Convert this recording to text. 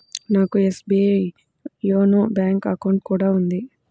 నాకు SBI YONO bank account కూడా ఉంది